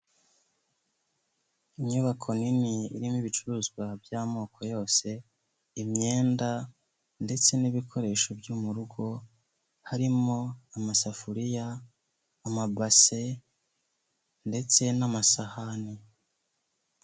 Inyubako nini irimo ibicuruzwa by'amoko yose, imyenda ndetse n'ibikoresho byo mu rugo, harimo amasafuriya, amabase, ndetse n'amasahani.